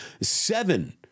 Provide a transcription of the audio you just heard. Seven